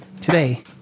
today